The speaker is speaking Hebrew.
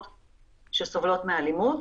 שסובלות מאלימות,